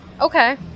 Okay